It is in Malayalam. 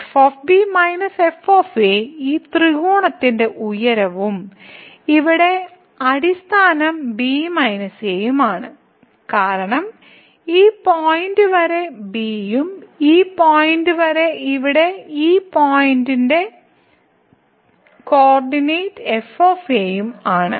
f - f ഈ ത്രികോണത്തിന്റെ ഉയരവും ഇവിടെ അടിസ്ഥാനം b - a ഉം ആണ് കാരണം ഈ പോയിന്റ് വരെ b ഉം ഈ പോയിന്റ് വരെ ഇവിടെ ഈ പോയിന്റിന്റെ കോർഡിനേറ്റ് f ഉം ആണ്